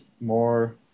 more